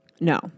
No